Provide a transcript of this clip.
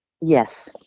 Yes